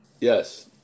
Yes